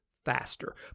Faster